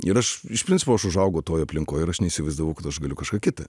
ir aš iš principo aš užaugau toj aplinkoj ir aš neįsivaizdavau kad aš galiu kažką kita